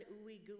ooey-gooey